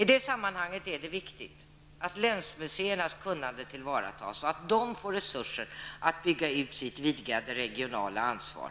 I det sammanhanget är det viktigt att länsmuseernas kunnande tillvaratas och att de får resurser att bygga ut sitt vidgade regionala ansvar.